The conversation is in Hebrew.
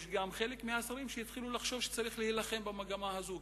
וגם חלק מהשרים התחילו לחשוב שצריך להילחם במגמה הזאת,